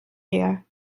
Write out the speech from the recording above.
her